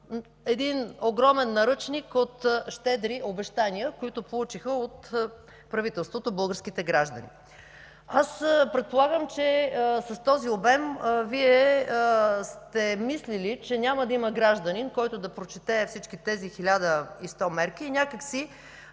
един огромен наръчник от щедри обещания, които получиха от правителството българските граждани. Аз предполагам, че с този обем Вие сте мислили, че няма да има гражданин, който да прочете всички всичките тези 1100 мерки и някак си